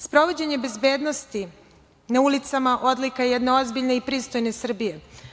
Sprovođenje bezbednosti na ulicama odlika je jedne ozbiljne i pristojne Srbije.